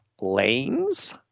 lanes